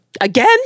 again